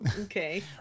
Okay